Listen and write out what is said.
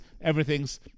everything's